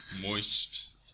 moist